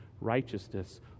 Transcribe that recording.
righteousness